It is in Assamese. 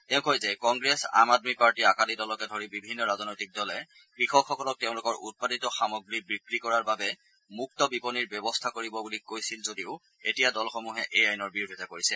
তেওঁ কয় যে কংগ্ৰেছ আম আদমি পাৰ্টী আকালি দলকে ধৰি বিভিন্ন ৰাজনৈতিক দলে কৃষকসকলক তেওঁলোকৰ উৎপাদিত সামগ্ৰী বিক্ৰী কৰাৰ বাবে মুক্ত বিপণীৰ ব্যৱস্থা কৰিব বুলি কোৱা দলসমূহে এতিয়া এই আইনৰ বিৰোধিতা কৰিছে